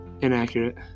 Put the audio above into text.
Inaccurate